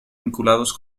vinculados